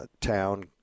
town